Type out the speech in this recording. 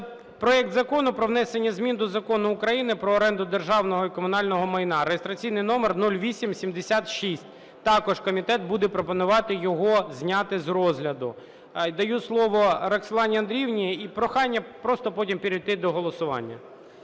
проект Закону про внесення змін до Закону України "Про оренду державного і комунального майна" (реєстраційний номер 0876). Також комітет буде пропонувати його зняти з розгляду. Даю слово Роксолані Андріївні. І прохання просто потім перейти до голосування.